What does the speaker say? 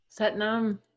Satnam